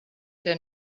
der